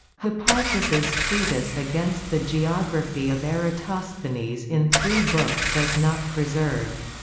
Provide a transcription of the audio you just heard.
hipparchus's treatise against the geography of eratosthenes in three books is not preserved.